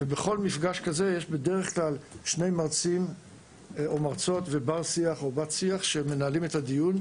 בכל מפגש כזה יש בדרך-כלל שני מרצים או מרצות שמנהלים את הדיון.